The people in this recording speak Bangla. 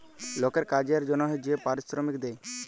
লকের কাজের জনহে যে পারিশ্রমিক দেয়